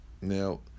Now